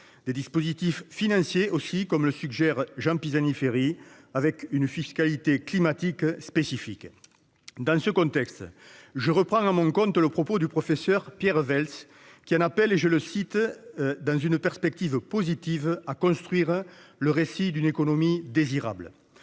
dispositifs financiers, comme le suggère Jean Pisani-Ferry, et instaurer une fiscalité climatique spécifique. Dans ce contexte, je reprends à mon compte les propos du professeur Pierre Veltz, qui appelle, « dans une perspective positive, à construire le récit d'une économie désirable ».